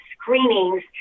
screenings